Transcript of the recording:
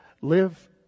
Live